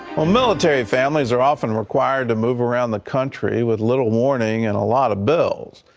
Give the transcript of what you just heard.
well military families are often required to move around the country with little warning and a lot of bills.